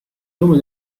nome